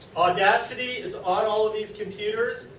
audacity is on all of these computers.